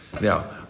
Now